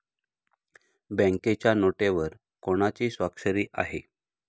बँकेच्या नोटेवर कोणाची स्वाक्षरी आहे?